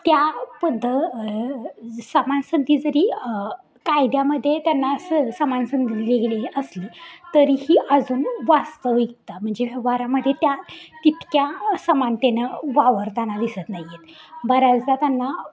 त्या पद्ध समान संधी जरी कायद्यामध्ये त्यांना स समान संधी दिली गेलेली असली तरीही अजून वास्तविकता म्हणजे व्यवहारामध्ये त्या तितक्या समानतेनं वावरताना दिसत नाही आहेत बऱ्याचदा त्यांना